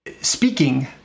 speaking